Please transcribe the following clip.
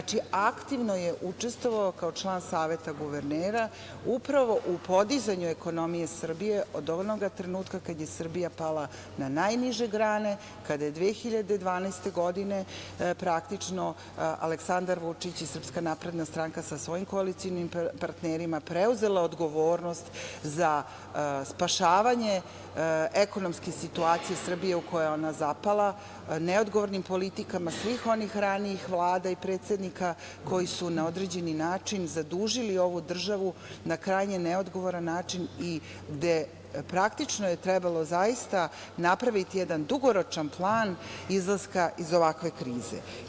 Znači, aktivno je učestvovao kao član Saveta guvernera upravo u podizanju ekonomije Srbije od onoga trenutka kada je Srbija pala na najniže grane, kada je 2012. godine Aleksandar Vučić i SNS sa svojim koalicionim partnerima preuzela odgovornost za spašavanje ekonomske situacije Srbije u koju je ona zapala neodgovornim politikama svih onih ranijih vlada i predsednika koji su na određeni način zadužili ovu državu na krajnje neodgovoran način i gde je trebalo napraviti jedan dugoročan plan izlaska iz ovakve krize.